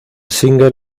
single